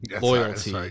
loyalty